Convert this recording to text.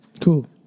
Cool